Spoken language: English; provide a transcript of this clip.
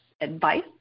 advice